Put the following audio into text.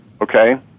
okay